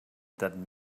that